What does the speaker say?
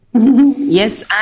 Yes